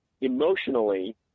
emotionally